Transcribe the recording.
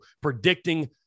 predicting